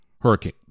hurricane